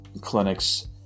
clinics